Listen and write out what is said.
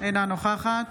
אינה נוכחת